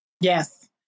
Yes